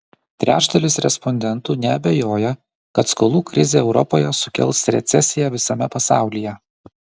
trečdalis respondentų neabejoja kad skolų krizė europoje sukels recesiją visame pasaulyje